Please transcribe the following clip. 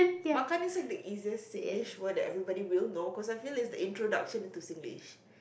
makan is like the easiest Singlish word that everybody will know cause I feel its the introduction into Singlish